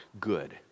good